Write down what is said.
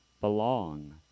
belong